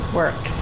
work